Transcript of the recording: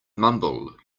mumble